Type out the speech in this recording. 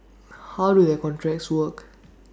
how do their contracts work